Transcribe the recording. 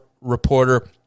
reporter